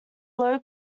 low